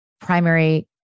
primary